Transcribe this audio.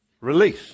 Release